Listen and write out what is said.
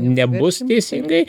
nebus teisingai